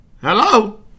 Hello